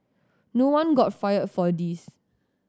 no one got fired for this